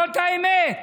זאת האמת.